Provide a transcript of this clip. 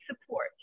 support